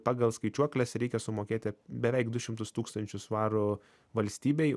pagal skaičiuokles reikia sumokėti beveik du šimtus tūkstančių svarų valstybei